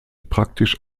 praktisch